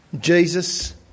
Jesus